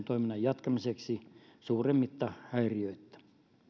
toiminnan jatkamiseksi suuremmitta häiriöittä